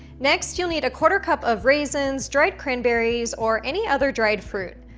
next you'll need a quarter cup of raisins, dried cranberries or any other dried fruit.